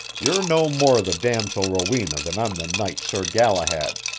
you're no more the damosel rowena than i'm the knight sir galahad.